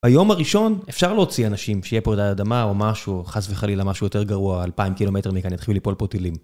ביום הראשון אפשר להוציא אנשים, שיהיה פה רעידת אדמה או משהו, חס וחלילה משהו יותר גרוע, אלפיים קילומטר מכאן יתחילו ליפול פה טילים.